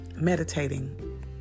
meditating